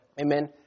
amen